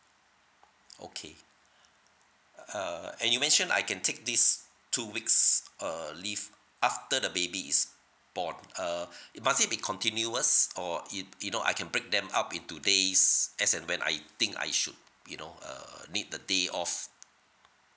okay err and you mentioned I can take these two weeks err leave after the baby is born err it must it be continuous or it you know I can break them up into days as and when I think I should you know err need the day off